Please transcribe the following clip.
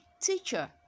Teacher